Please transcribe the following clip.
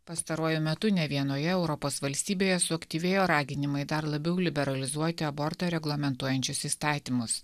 pastaruoju metu ne vienoje europos valstybėje suaktyvėjo raginimai dar labiau liberalizuoti abortą reglamentuojančius įstatymus